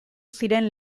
ziren